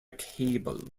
cable